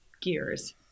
gears